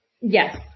yes